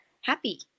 happy